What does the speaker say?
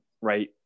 right